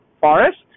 forest